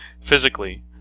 Physically